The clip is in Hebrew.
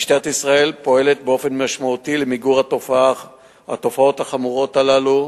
משטרת ישראל פועלת באופן משמעותי למיגור התופעות החמורות האלה,